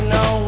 no